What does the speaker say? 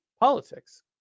politics